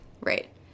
Right